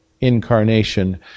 incarnation